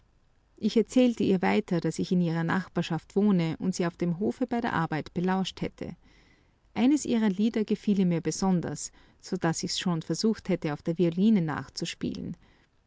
ich erzählte ihr weiter daß ich in ihrer nachbarschaft wohne und sie auf dem hofe bei der arbeit belauscht hätte eines ihrer lieder gefiele mir besonders so daß ich's schon versucht hätte auf der violine nachzuspielen